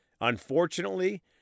Unfortunately